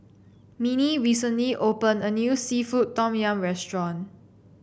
Minnie recently opened a new seafood Tom Yum restaurant